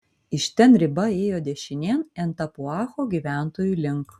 iš ten riba ėjo dešinėn en tapuacho gyventojų link